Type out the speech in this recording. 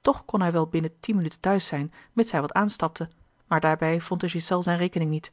toch kon hij wel binnen tien minuten thuis zijn mits hij wat aanstapte maar daarbij vond de ghiselles zijne rekening niet